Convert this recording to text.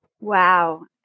Wow